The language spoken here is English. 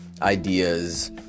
ideas